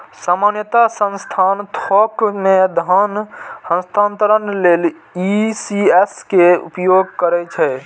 सामान्यतः संस्थान थोक मे धन हस्तांतरण लेल ई.सी.एस के उपयोग करै छै